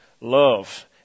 love